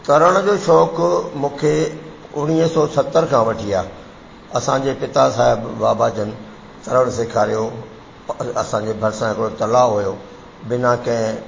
तरण जो शौक़ु मूंखे उणिवीह सौ सतरि खां वठी आहे असांजे पिता साहिब बाबा जन तरणु सेखारियो औरि असांजे भरिसां हिकिड़ो तलाउ हुओ बिना कंहिं